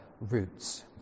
roots